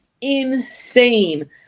Insane